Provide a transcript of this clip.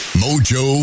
mojo